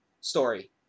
story